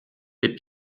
les